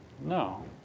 No